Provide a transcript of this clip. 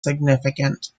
significant